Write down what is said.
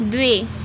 द्वे